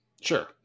Sure